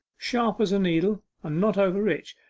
sharp as a needle, and not over-rich.